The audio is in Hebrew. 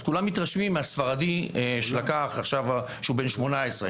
אז כולם מתרשמים מהספרדי שלקח כשהוא בן 18,